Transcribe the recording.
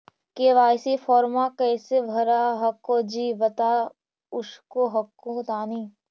KYC फॉर्मा कैसे भरा हको जी बता उसको हको तानी?